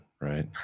Right